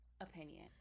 opinion